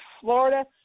Florida